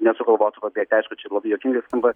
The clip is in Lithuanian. nesugalvotų pabėgti aišku čia labai juokingai skamba